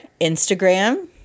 Instagram